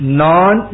non